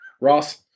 Ross